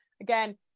again